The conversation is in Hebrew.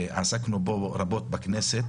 ועסקנו בו רבות בכנסת